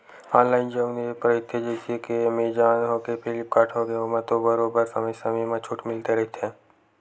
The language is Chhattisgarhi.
ऑनलाइन जउन एप रहिथे जइसे के एमेजॉन होगे, फ्लिपकार्ट होगे ओमा तो बरोबर समे समे म छूट मिलते रहिथे